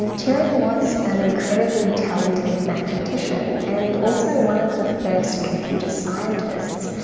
turing was an incredibly talented mathematician and also one of the first computer scientists.